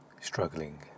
struggling